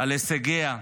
על הישגיה,